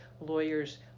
lawyers